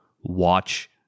watch